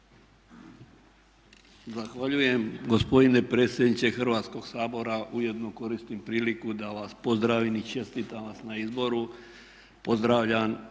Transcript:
Zahvaljujem gospodine predsjedniče Hrvatskog sabora. Ujedno koristim priliku da vas pozdravim i čestitam vam na izboru.